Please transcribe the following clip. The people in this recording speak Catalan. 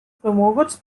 promoguts